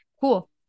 cool